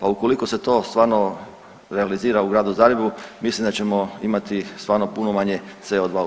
A ukoliko se to stvarno realizira u Gradu Zagrebu mislim da ćemo imati stvarno puno manje CO2 u zraku.